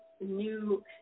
new